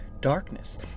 darkness